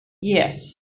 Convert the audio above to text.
Yes